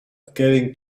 getting